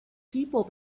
people